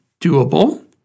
doable